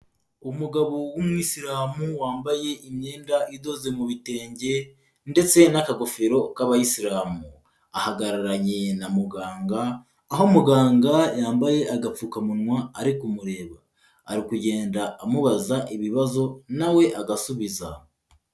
Umugabo w'Umwisilamu wambaye imyenda idoze mu bitenge ndetse n'akagofero k'abayisilamu. Ahagararanye na muganga, aho muganga yambaye agapfukamunwa ari kumureba. Ari kugenda amubaza ibibazo na we agasubiza.